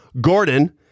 Gordon